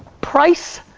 price,